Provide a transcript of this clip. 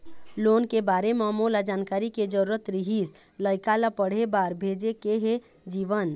loan के बारे म मोला जानकारी के जरूरत रीहिस, लइका ला पढ़े बार भेजे के हे जीवन